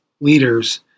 leaders